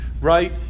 right